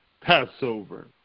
Passover